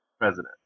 president